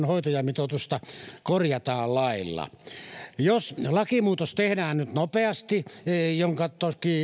hoitajamitoitusta korjataan lailla jos lakimuutos tehdään nyt nopeasti jonka